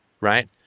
right